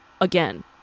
again